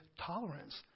tolerance